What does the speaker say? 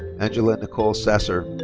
angela nicole sasser.